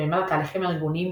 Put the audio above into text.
במימד התהליכים הארגוניים,